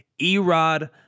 Erod